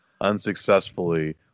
unsuccessfully